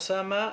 אוסאמה.